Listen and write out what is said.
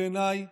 בעיניי